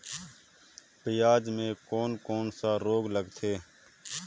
पियाज मे कोन कोन सा रोग लगथे?